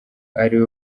ariwe